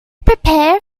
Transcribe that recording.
prepare